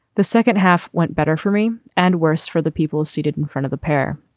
the second half went better for me and worse for the people seated in front of the pair.